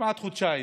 כמעט חודשיים,